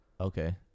Okay